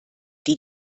die